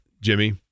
Jimmy